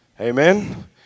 Amen